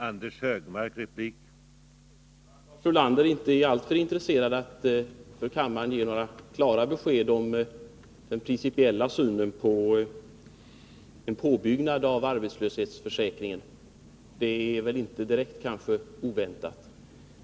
Herr talman! Att Lars Ulander inte är alltför intresserad att inför kammaren ge några klara besked om den principiella synen på en utbyggnad av den frivilliga arbetslöshetsförsäkringen är väl kanske inte direkt oväntat.